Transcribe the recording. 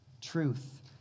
truth